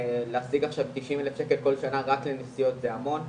להשיג עכשיו 90,000 ש"ח כל שנה רק לנסיעות זה המון,